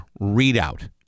readout